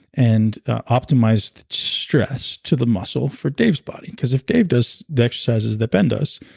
and optimize stress to the muscle for dave's body? because if dave does the exercises that ben does,